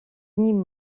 nim